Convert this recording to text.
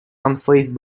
unfazed